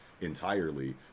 entirely